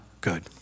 good